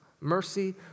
Mercy